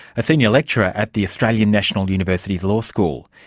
a senior lecturer at the australian national university's law school.